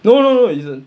no no no it isn't